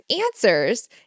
answers